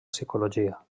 psicologia